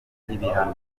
ibihano